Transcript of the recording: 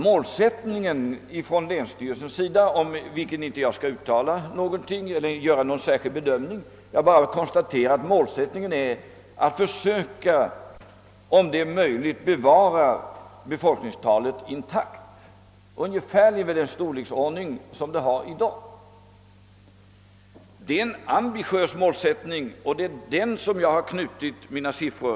Jag skall inte göra någon särskild bedömning av länsstyrelsens målsättning — jag konstaterar endast att målsättningen är att om möjligt bibehålla befolkningstalet vid ungefärligen den storleksordning det har i dag. Det är en ambitiös målsättning, och det är till den jag knutit mina siffror.